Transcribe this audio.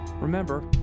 Remember